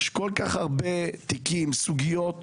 יש כל כך הרבה תיקים וסוגיות